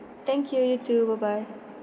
thank you you too bye bye